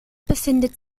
befindet